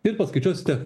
ir paskaičiuosite